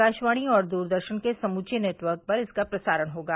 आकाशवाणी और द्रदर्शन के समूचे नेटवर्क पर इसका प्रसारण होगा